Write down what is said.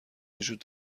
وجود